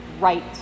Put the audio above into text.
right